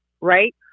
right